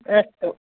अस्तु